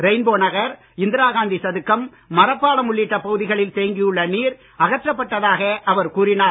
rainbow Nagar Indira Gandhi சதுக்கம் மரப்பாலம் உள்ளிட்ட பகுதிகளில் தேங்கியுள்ள நீர் அகற்றப் பட்டதாக அவர் கூறினார்